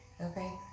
okay